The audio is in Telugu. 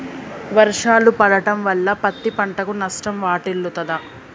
వర్షాలు పడటం వల్ల పత్తి పంటకు నష్టం వాటిల్లుతదా?